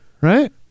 Right